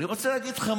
אני רוצה להגיד לך,